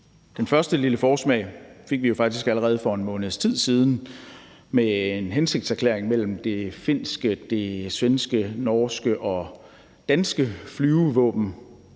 Den første lille forsmag fik vi jo faktisk allerede for en måneds tid siden med en hensigtserklæring mellem det finske, det svenske, norske og danske flyvevåben